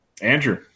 Andrew